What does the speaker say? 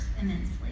immensely